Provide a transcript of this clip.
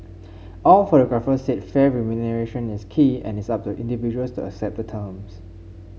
all photographers said fair remuneration is key and it is up to individuals to accept the terms